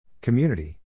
Community